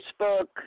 Facebook